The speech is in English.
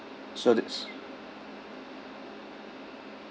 so there's